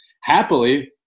Happily